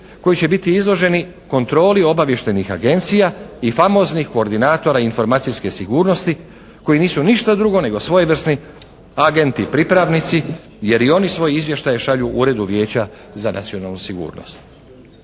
koji će biti izloženi kontroli obavještajnih agencija i famoznih koordinatora informacijske sigurnosti koji nisu ništa drugo nego svojevrsni agenti pripadnici jer i oni svoje izvještaje šalju Uredu Vijeća za nacionalnu sigurnost.